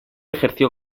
ejerció